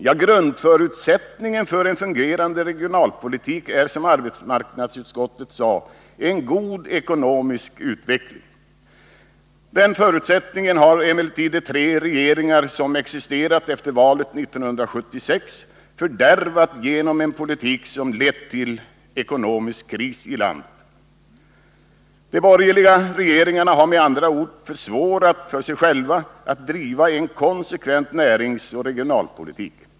Ja, grundförutsättningen för en fungerande regionalpolitik är, som arbetsmarknadsutskottet sade, en god ekonomisk utveckling. Den förutsättningen har emellertid tre regeringar som existerat efter valet 1976 fördärvat genom en politik som lett till ekonomisk kris i landet. De borgerliga regeringarna har med andra ord försvårat för sig själva när det gäller att driva en konsekvent näringsoch regionalpolitik.